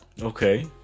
Okay